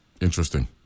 interesting